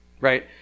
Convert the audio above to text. Right